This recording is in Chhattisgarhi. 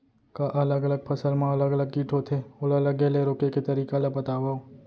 का अलग अलग फसल मा अलग अलग किट होथे, ओला लगे ले रोके के तरीका ला बतावव?